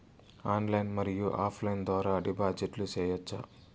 Online మరియు offline ద్వారా డిపాజిట్లు సేయొచ్చా?